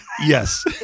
Yes